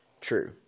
true